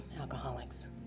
alcoholics